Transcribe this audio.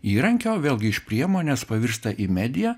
įrankio vėlgi iš priemonės pavirsta į mediją